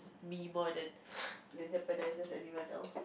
me more than it jeopardizes anyone else